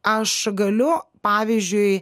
aš galiu pavyzdžiui